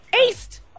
East